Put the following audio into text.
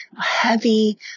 heavy